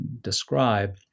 describe